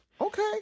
Okay